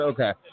Okay